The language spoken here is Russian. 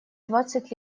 двадцать